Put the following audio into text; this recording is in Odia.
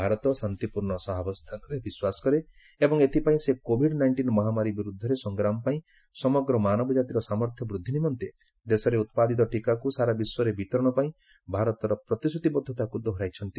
ଭାରତ ଶାନ୍ତିପୂର୍ଣ୍ଣ ସହବାସ୍ଥାନରେ ବିଶ୍ୱାସ କରେ ଏବଂ ଏଥିପାଇଁ ସେ କୋଭିଡ ନାଇଷ୍ଟିନ ମହାମାରୀ ବିରୁଦ୍ଧରେ ସଂଗ୍ରାମ ପାଇଁ ସମଗ୍ର ମାନବ ଜାତିର ସାମର୍ଥ୍ୟ ବୃଦ୍ଧି ନିମନ୍ତେ ଦେଶରେ ଉତ୍ପାଦିତ ଟିକାକୁ ସାରା ବିଶ୍ୱରେ ବିତରଣ ପାଇଁ ଭାରତର ପ୍ରତିଶ୍ରତିବଦ୍ଧତାକୁ ଦୋହରାଇଛନ୍ତି